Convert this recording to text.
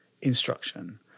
instruction